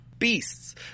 Beasts